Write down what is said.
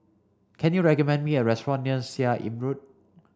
can you recommend me a restaurant near Seah Im Road